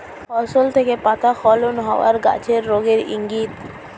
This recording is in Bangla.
ফসল থেকে পাতা স্খলন হওয়া গাছের রোগের ইংগিত